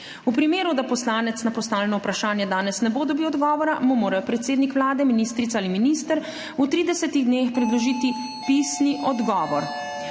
vprašanjem. Če poslanec na postavljeno vprašanje danes ne bo dobil odgovora, mu morajo predsednik Vlade, ministrica ali minister v 30 dneh predložiti pisni odgovor.